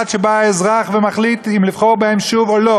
עד שבא האזרח ומחליט אם לבחור בהם שוב או לא.